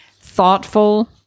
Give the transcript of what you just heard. thoughtful